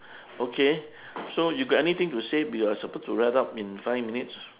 okay so you got anything to say we are supposed to wrap up in five minutes